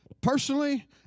personally